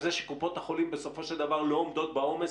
זה שקופות החולים בסופו של דבר לא עומדות בעומס